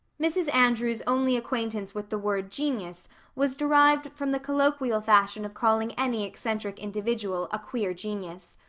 mrs. andrews' only acquaintance with the word genius was derived from the colloquial fashion of calling any eccentric individual a queer genius.